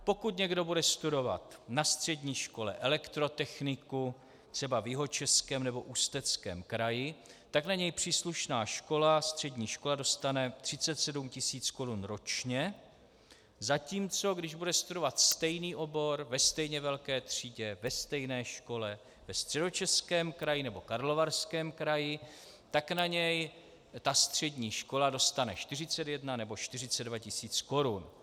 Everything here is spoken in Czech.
Pokud někdo bude studovat na střední škole elektrotechniku třeba v Jihočeském nebo Ústeckém kraji, tak na něj příslušná škola, střední škola, dostane 37 tisíc korun ročně, zatímco když bude studovat stejný obor ve stejně velké třídě ve stejné škole ve Středočeském kraji nebo Karlovarském kraji, tak na něj ta střední škola dostane 41 nebo 42 tisíc korun.